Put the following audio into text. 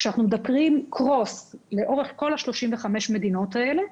כשאנחנו מסתכלים לאורך כל 35 המדינות האלה,